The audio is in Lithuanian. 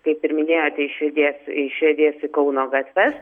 kaip ir minėjote išriedės išriedės į kauno gatves